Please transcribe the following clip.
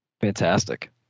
Fantastic